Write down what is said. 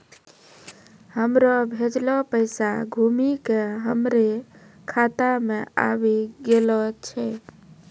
हमरो भेजलो पैसा घुमि के हमरे खाता मे आबि गेलो छै